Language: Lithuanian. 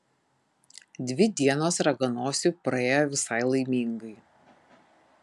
dvi dienos raganosiui praėjo visai laimingai